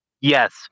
Yes